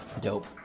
Dope